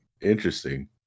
Interesting